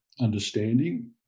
understanding